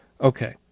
Okay